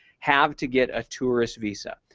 have to get a tourist visa?